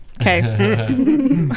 Okay